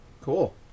Cool